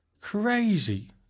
Crazy